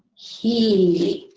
he.